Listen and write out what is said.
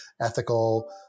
ethical